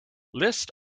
list